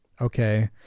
Okay